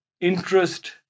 interest